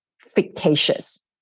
fictitious